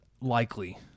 Likely